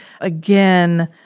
again